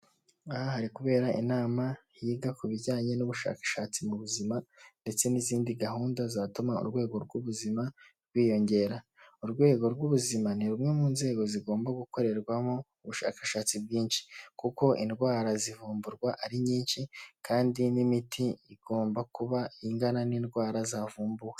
Aha hari kubera inama yiga ku bijyanye n'ubushakashatsi mu buzima ndetse n'izindi gahunda zatuma urwego rw'ubuzima rwiyongera, urwego rw'ubuzima ni rumwe mu nzego zigomba gukorerwamo ubushakashatsi bwinshi, kuko indwara zivumburwa ari nyinshi kandi n'imiti igomba kuba ingana n'indwara zavumbuwe.